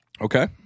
Okay